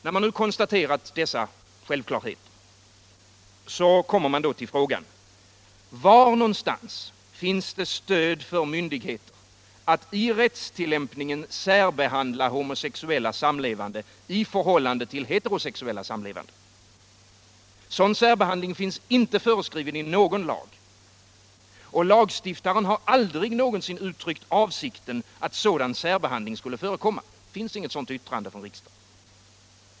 När man konstaterat dessa självklarheter, kommer man till frågan: Var någonstans finns det stöd för myndigheter att i rättstillämpningen särbehandla homosexuella samlevande i förhållande till heterosexuella samlevande? Sådan särbehandling finns inte föreskriven i någon lag, och lagstiftaren har aldrig någonsin uttryckt avsikten att sådan särbehandling skulle förekomma — det finns inget sådant yttrande från riksdagen.